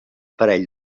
parell